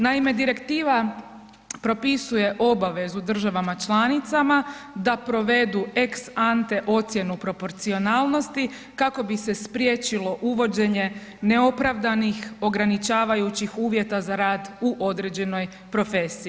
Naime, Direktiva propisuje obavezu državama članicama da provedu ex ante ocjenu proporcionalnosti kako bi se spriječilo uvođenje neopravdanih ograničavajućih uvjeta za rad u određenoj profesiji.